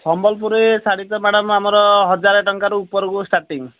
ସମ୍ବଲପୁରୀ ଶାଢ଼ୀଟା ମ୍ୟାଡ଼ାମ୍ ଆମର ହଜାର ଟଙ୍କା ଉପରକୁ ଷ୍ଟାଟିଙ୍ଗ